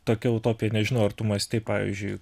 tokia utopija nežinau ar tu mąstei pavyzdžiui